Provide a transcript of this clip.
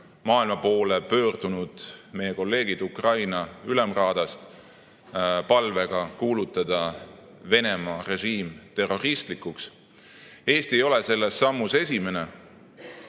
maailma poole pöördunud meie kolleegid Ukraina Ülemraadast palvega kuulutada Venemaa režiim terroristlikuks. Eesti ei ole selles sammus esimene.